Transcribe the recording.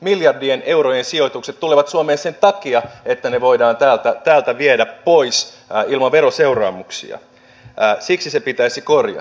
miljardien eurojen sijoitukset tulevat suomeen sen takia että ne voidaan täältä viedä pois ilman veroseuraamuksia siksi se pitäisi korjata